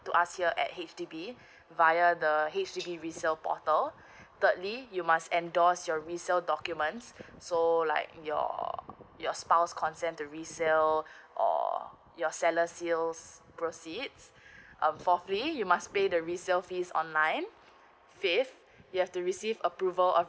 to ask here at H_D_B via the H_D_B visa portal thirdly you must endorse your resale documents so like your your spouse consent to resell or your sellers sales proceeds um for free you must pay the resell fees online fifth you have to receive approval of